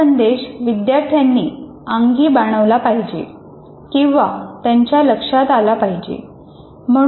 हा संदेश विद्यार्थ्यांनी अंगी बाणवला पाहिजे किंवा त्याच्या लक्षात आला पाहिजे